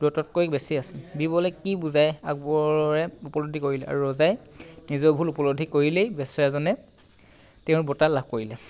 দূৰত্বতকৈ বেছি আছিল বীৰবলে কি বুজায় আকববৰে উপলব্ধি কৰিলে আৰু ৰজাই নিজৰ ভুল উপলব্ধি কৰিলেই বেচেৰাজনে তেওঁৰ বঁটা লাভ কৰিলে